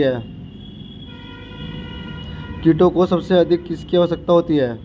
कीटों को सबसे अधिक किसकी आवश्यकता होती है?